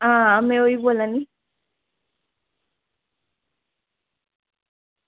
आं में इयै बोल्ला नी